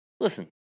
Listen